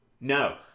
No